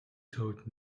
told